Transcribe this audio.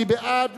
מי בעד?